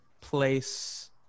place